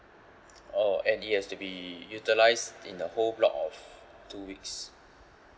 oh and it has to be utilised in the whole block of two weeks